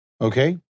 Okay